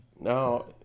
No